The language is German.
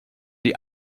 die